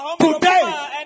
Today